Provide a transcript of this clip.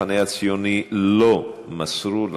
לא מסרו.